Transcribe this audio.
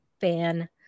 fan